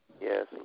Yes